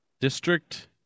District